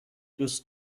دوست